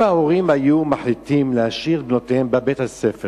ההחלטה לעצור את בני-הזוג,